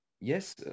yes